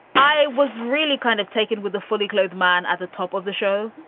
i was really kind of taken with a fully clothed man at the top of the show.